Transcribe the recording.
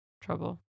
trouble